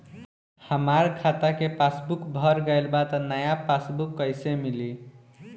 हमार खाता के पासबूक भर गएल बा त नया पासबूक कइसे मिली?